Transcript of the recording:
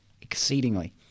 exceedingly